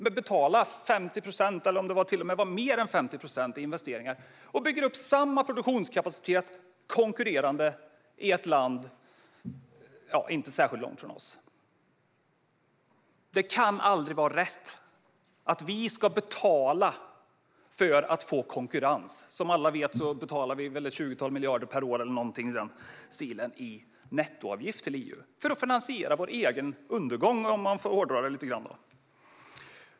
Man betalade 50 procent av investeringarna, eller om det till och med var mer än så, och byggde upp en lika stor konkurrerande produktionskapacitet i ett land inte särskilt långt från oss. Det kan aldrig vara rätt att vi ska betala för att få konkurrens. Som alla vet betalar vi ett tjugotal miljarder per år eller någonting i den stilen i nettoavgift till EU - för att finansiera vår egen undergång, om man får hårdra det lite grann.